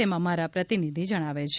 તેમ અમારા પ્રતિનિધિ જણાવે છે